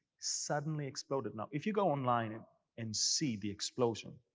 suddenly exploded. if you go online and and see the explosion,